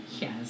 Yes